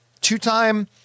Two-time